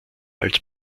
als